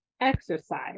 exercise